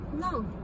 no